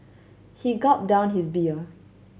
he gulped down his beer